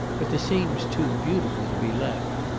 but the scene was too beautiful to be left.